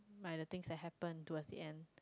by the things that happened towards the end